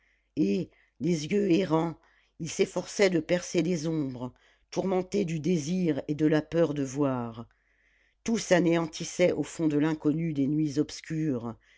et les yeux errants il s'efforçait de percer les ombres tourmenté du désir et de la peur de voir tout s'anéantissait au fond de l'inconnu des nuits obscures